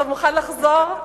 אתה מוכן לחזור?